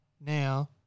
Now